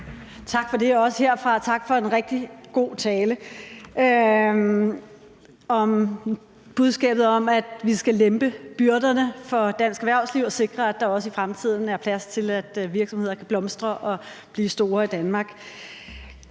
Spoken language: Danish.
Tak for det, også herfra. Og tak for en rigtig god tale om budskabet om, at vi skal lempe byrderne for dansk erhvervsliv og sikre, at der også i fremtiden er plads til, at virksomheder kan blomstre og blive store i Danmark.